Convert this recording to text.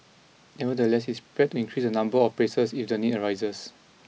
nevertheless is threaten increase the number of places if the need arises